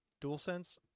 DualSense